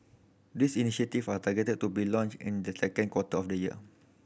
these initiative are targeted to be launched in the second quarter of the year